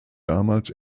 damals